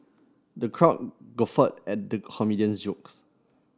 the crowd guffawed at the comedian jokes